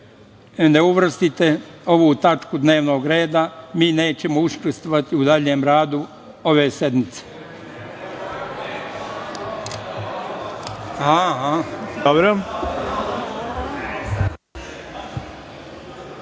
ne uvrstite ovu tačku dnevnog reda, mi nećemo učestvovati u daljem radu ove sednice.